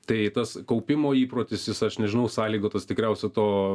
tai tas kaupimo įprotis jis aš nežinau sąlygotas tikriausia to